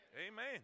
Amen